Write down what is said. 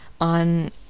on